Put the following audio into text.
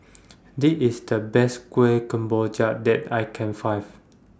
This IS The Best Kuih Kemboja that I Can Find